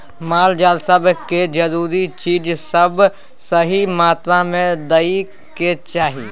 माल जाल सब के जरूरी चीज सब सही मात्रा में दइ के चाही